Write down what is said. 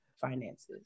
finances